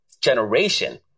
generation